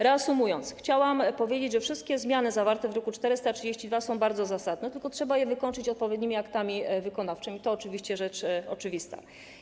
Reasumując, chciałam powiedzieć, że wszystkie zmiany zawarte w druku nr 432 są zasadne, tylko trzeba je wykończyć odpowiednimi aktami wykonawczymi, to rzecz oczywista.